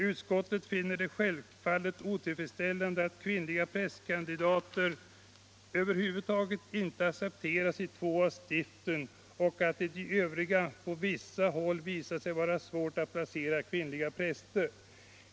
Utskottet finner det självfallet otillfredsställande att kvinnliga prästkandidater över huvud taget inte accepteras i två av stiften och att det i de övriga på vissa håll visat sig vara svårt att placera kvinnliga präster.